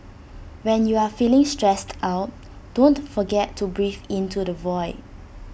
when you are feeling stressed out don't forget to breathe into the void